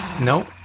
nope